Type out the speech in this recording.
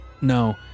no